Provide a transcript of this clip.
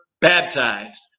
baptized